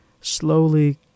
slowly